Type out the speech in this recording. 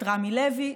את רמי לוי.